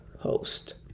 host